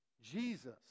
Jesus